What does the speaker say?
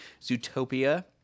Zootopia